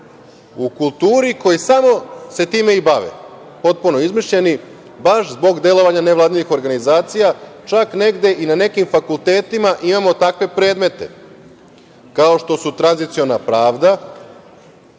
u kulturi koji samo se time i bave, potpuno izmišljeni baš zbog delovanja nevladinih organizacija. Čak negde i na nekim fakultetima imamo takve predmete kao što su „Tranziciona pravda“,